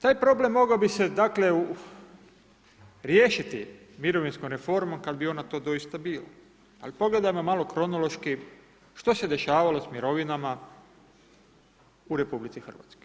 Taj problem mogao bi se dakle, riješiti mirovinskom reformom, kada bi ona to doista bila, ali pogledamo malo kronološki što se dešavalo s mirovinama u RH.